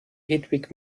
hedwig